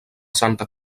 santa